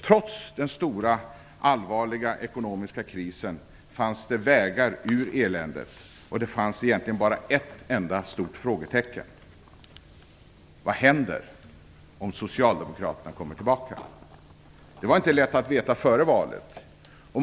Trots den stora allvarliga ekonomiska krisen fanns det vägar ut ur eländet, och det fanns egentligen bara ett stort frågetecken: Vad händer om socialdemokraterna kommer tillbaka? Det var inte lätt att veta före valet.